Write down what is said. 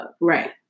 Right